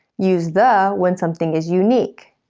use the when something is unique.